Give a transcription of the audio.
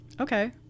Okay